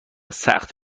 سخت